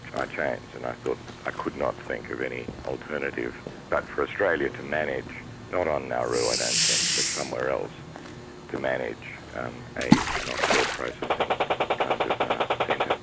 i changed. and i thought i could not think of any alternative but for australia to manage not on nauru, i don't think, but somewhere else to manage and an offshore processing kind of centre.